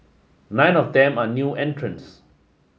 nine of them are new entrants